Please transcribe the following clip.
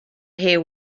hear